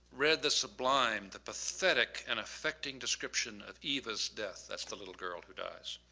read the sublime, the pathetic, and affecting description of eva's death. that's the little girl who dies,